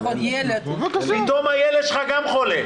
פתאום הילד שלך גם חולה.